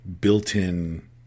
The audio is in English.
built-in